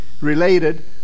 related